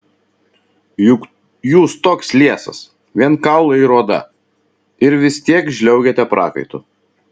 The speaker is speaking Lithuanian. juk jūs toks liesas vien kaulai ir oda ir vis tiek žliaugiate prakaitu